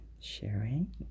Sharing